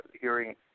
hearing